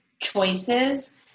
choices